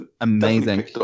amazing